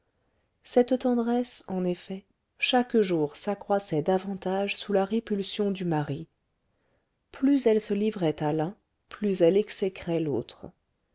cette tendresse en effet chaque jour s'accroissait davantage sous la répulsion du mari plus elle se livrait à l'un plus elle exécrait l'autre